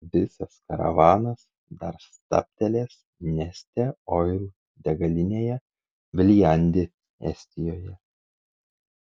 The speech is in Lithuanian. visas karavanas dar stabtelės neste oil degalinėje viljandi estijoje